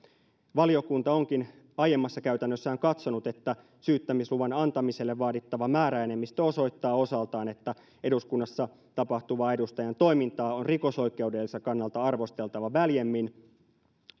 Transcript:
valiokunta onkin aiemmassa käytännössään katsonut että syyttämisluvan antamiselle vaadittava määräenemmistö osoittaa osaltaan että eduskunnassa tapahtuvaa edustajan toimintaa on rikosoikeudelliselta kannalta arvosteltava väljemmin